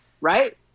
Right